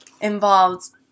involves